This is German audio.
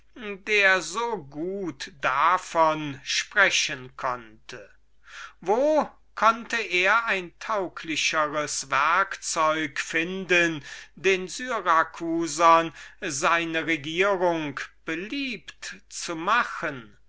der so gut davon reden konnte wo konnte er ein tauglicheres instrument finden den syracusanern seine regierung beliebt zu machen